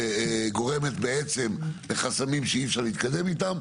גורמת בעצם לחסמים שאי-אפשר להתקדם איתם.